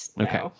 Okay